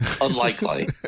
unlikely